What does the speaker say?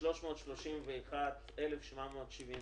331,776,